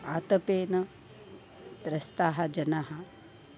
आतपेन त्रस्ताः जनाः